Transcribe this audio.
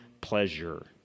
pleasure